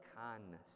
kindness